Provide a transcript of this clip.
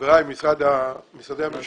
חבריי במשרדי הממשלה,